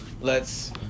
lets